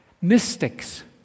Mystics